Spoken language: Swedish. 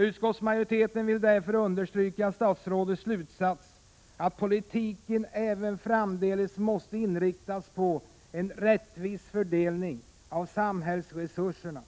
Utskottsmajoriteten vill därför understryka statsrådets slutsats att politiken även framdeles måste inriktas på en rättvis fördelning av samhällsresurserna